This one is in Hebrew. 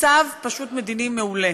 מצב פשוט מדיני מעולה.